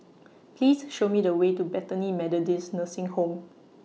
Please Show Me The Way to Bethany Methodist Nursing Home